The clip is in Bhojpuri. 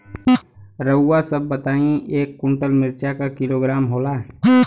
रउआ सभ बताई एक कुन्टल मिर्चा क किलोग्राम होला?